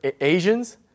asians